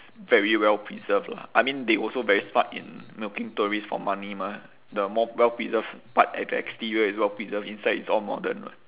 very well preserved lah I mean they also very smart in milking tourist for money mah the more well preserved part at the exterior is well preserved inside is all modern [what]